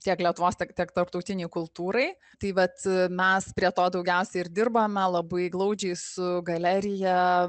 tiek lietuvos tiek tiek tarptautinei kultūrai tai vat mes prie to daugiausia ir dirbame labai glaudžiai su galerija